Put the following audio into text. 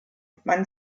man